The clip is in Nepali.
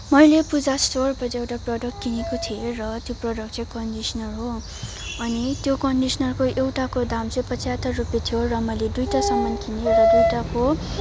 मैले पूजा स्टोरबाट एउटा प्रडक्ट किनेको थिएँ र त्यो प्रडक्ट चाहिँ कन्डिसनर हो अनि त्यो कन्डिसनरको एउटाको दाम चाहिँ पचहत्तर रुपियाँ थियो र मैले दुईवटा सामान किनेँ र दुईवटाको